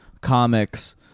comics